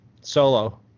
Solo